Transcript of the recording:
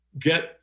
get